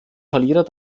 verlierer